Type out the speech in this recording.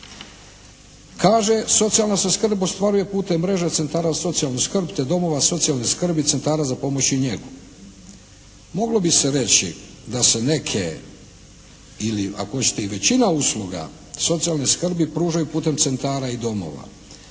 Kaže, socijalne se skrb ostvaruje putem mreže centara za socijalnu skrb te domova socijalne skrbi, centara za pomoć i njegu. Moglo bi se reći da se neke ili ako hoćete većina usluga socijalne skrbi pružaju putem centara i domova.